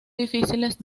difíciles